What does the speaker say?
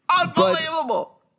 Unbelievable